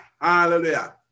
Hallelujah